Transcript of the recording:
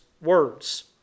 Words